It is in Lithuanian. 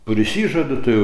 prisižadu tai jau